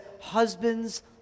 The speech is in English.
husbands